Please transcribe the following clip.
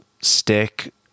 stick